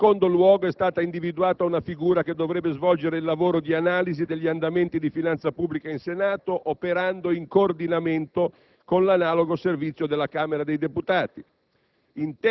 In secondo luogo, è stata individuata una figura che dovrebbe svolgere il lavoro di analisi degli andamenti di finanza pubblica in Senato operando in coordinamento con l'analogo Servizio della Camera dei deputati.